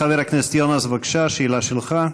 חבר הכנסת יונס, בבקשה, שאלה שלך.